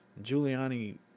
Giuliani